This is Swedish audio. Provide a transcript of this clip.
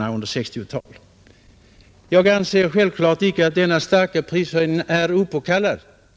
Jag anser självklart icke att denna prisstegring är opåkallad.